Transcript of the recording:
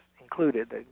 included